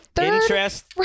interest